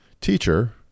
teacher